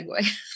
segue